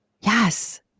Yes